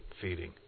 feeding